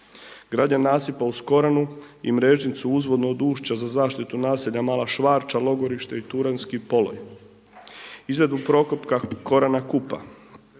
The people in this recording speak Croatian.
gradnja nasipa uz Koranu i Mrežnicu uzvodno od ušća za zaštitu naselja Mala Švarća, Logorište i Turanjski poloj, izradu prokopka Korana – Kupa,